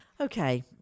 okay